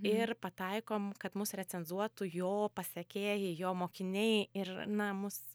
ir pataikom kad mus recenzuotų jo pasekėjai jo mokiniai ir na mus